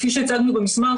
כפי שהצגנו במסמך,